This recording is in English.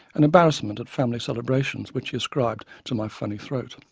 an embarrassment at family celebrations which he ascribed to my funny throat.